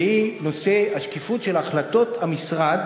והיא נושא השקיפות של החלטות המשרד